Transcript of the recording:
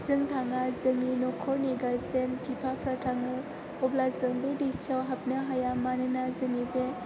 जों थाङा जोंनि न'खरनि गारजेन बिफाफोरा थाङो अब्ला जों बे दैसायाव हाबनो हाया मानोना जोंनि बे